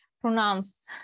pronounce